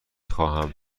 خواهم